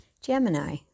Gemini